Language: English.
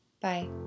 Bye